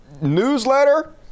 newsletter